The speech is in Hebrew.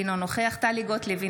אינו נוכח טלי גוטליב,